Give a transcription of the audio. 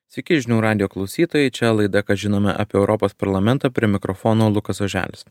sveiki žinių radijo klausytojai čia laida ką žinome apie europos parlamentą prie mikrofono lukas oželis